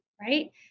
right